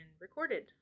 recorded